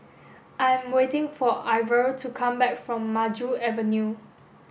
I'm waiting for Ivor to come back from Maju Avenue